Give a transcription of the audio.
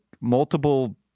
multiple